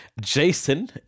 Jason